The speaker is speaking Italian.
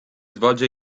svolge